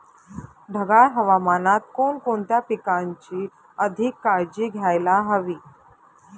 ढगाळ हवामानात कोणकोणत्या पिकांची अधिक काळजी घ्यायला हवी?